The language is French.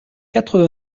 quatre